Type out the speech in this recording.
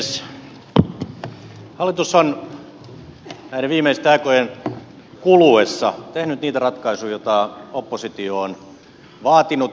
hallitus on näiden viimeisten aikojen kuluessa tehnyt niitä ratkaisuja joita oppositio on vaatinut